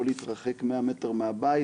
או לא להתרחק 100 מטר מהבית,